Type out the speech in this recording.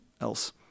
else